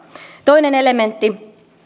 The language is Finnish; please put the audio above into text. toinen elementti